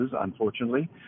unfortunately